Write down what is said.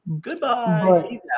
Goodbye